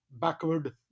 backward